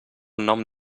nom